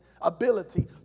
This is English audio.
ability